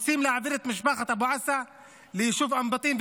רוצים להעביר את משפחת אבו עסא ליישוב אום בטין,